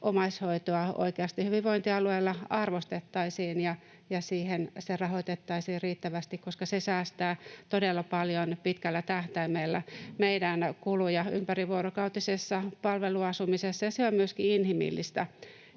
omaishoitoa oikeasti hyvinvointialueilla arvostettaisiin ja sitä rahoitettaisiin riittävästi, koska se säästää todella paljon pitkällä tähtäimellä meidän kuluja ympärivuorokautisessa palveluasumisessa ja se on myöskin inhimillistä